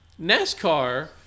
NASCAR